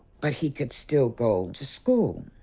but he could still go to school.